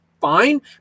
fine